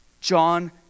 John